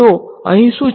તો અહીં શું છે